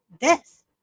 death